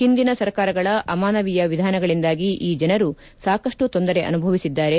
ಹಿಂದಿನ ಸರ್ಕಾರಗಳ ಅಮಾನವೀಯ ವಿಧಾನಗಳಿಂದಾಗಿ ಈ ಜನರು ಸಾಕಷ್ಟು ತೊಂದರೆ ಅನುಭವಿಸಿದ್ದಾರೆ